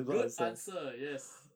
good answer yes